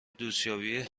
دوستیابی